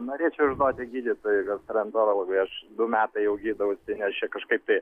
norėčiau žinoti gydytojai gastroenterologai aš du metai jau gydausi nes čia kažkaip tai